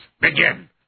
begin